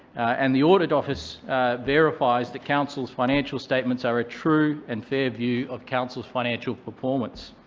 and the audit office verifies the council's financial statements are a true and fair view of council's financial performance.